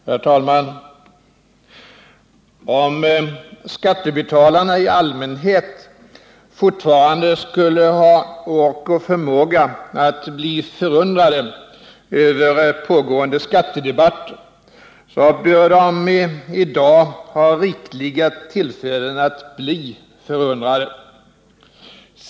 Herr talman! Om skattebetalarna i allmänhet fortfarande skulle ha ork och förmåga att bli förundrade över pågående skattedebatter, borde de i dag ha rikliga tillfällen att bli förundrade.